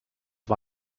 war